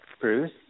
Bruce